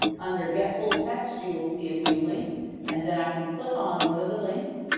under get full text you will see a few links and then i can click on one of the links.